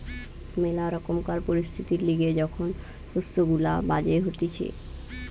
ম্যালা রকমকার পরিস্থিতির লিগে যখন শস্য গুলা বাজে হতিছে